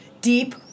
deep